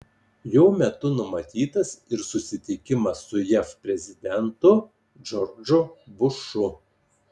jo metu numatytas ir susitikimas su jav prezidentu džordžu bušu